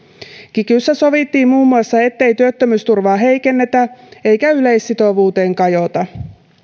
kikyssä sovittiin muun muassa ettei työttömyysturvaa heikennetä eikä yleissitovuuteen kajota